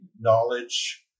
knowledge